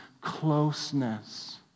closeness